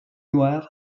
noir